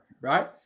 right